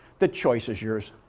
the choice is yours.